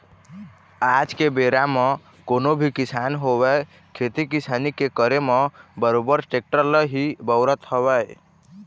आज के बेरा म कोनो भी किसान होवय खेती किसानी के करे म बरोबर टेक्टर ल ही बउरत हवय